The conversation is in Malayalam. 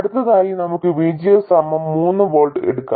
അടുത്തതായി നമുക്ക് VGS സമം മൂന്ന് വോൾട്ട് എടുക്കാം